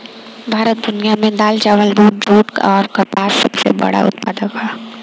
भारत दुनिया में दाल चावल दूध जूट आउर कपास के सबसे बड़ उत्पादक ह